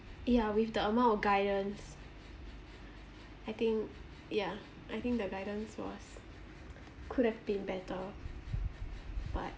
yeah with the amount of guidance I think yeah I think the guidance was could have been better but